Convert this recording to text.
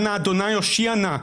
אנא אדוני הושיעה נא.